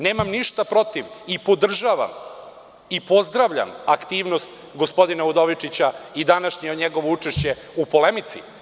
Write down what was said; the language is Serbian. Nemam ništa protiv i podržavam i pozdravljam aktivnost gospodina Udovičića i današnje njegovo učešće u polemici.